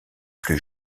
plus